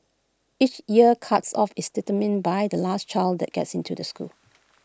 each year's cuts off is determined by the last child that gets into the school